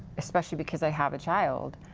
especially because i have a child,